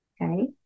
Okay